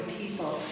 people